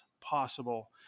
possible